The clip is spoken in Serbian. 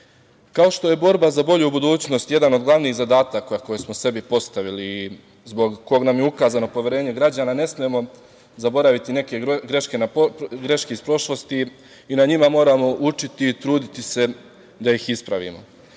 što je borba za bolju budućnost jedan od glavnih zadataka koje smo sebi postavili, zbog kog nam je ukazano poverenje građana, ne smemo zaboraviti neke greške iz prošlosti i na njima moramo učiti i truditi se da ih ispravimo. Izmena